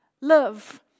Love